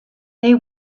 they